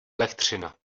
elektřina